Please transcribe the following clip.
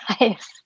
nice